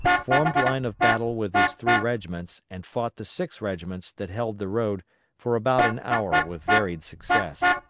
formed line of battle with his three regiments and fought the six regiments that held the road for about an hour with varied success,